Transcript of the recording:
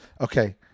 Okay